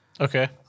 Okay